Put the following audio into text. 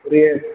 அப்படியே